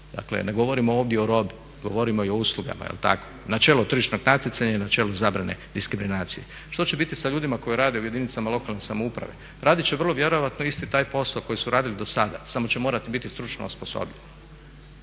Dakle ne govorimo ovdje o robi, govorimo i o uslugama je li tako, načelo tržišnog natjecanja i načelo zabrane diskriminacije. Što će biti sa ljudima koji rade u jedinicama lokalne samouprave? Raditi će vrlo vjerojatno isti taj posao koji su radili do sada, samo će morati biti stručno osposobljeni.